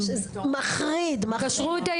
מחריד, מחריד.